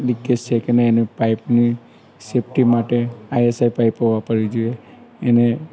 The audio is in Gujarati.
લીકેજ છેકે નહીં એને પાઇપને સેફ્ટી માટે આઈએસઆઈ પાઇપો વાપરવી જોઈએ એને